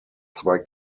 zwei